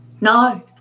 No